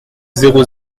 zéro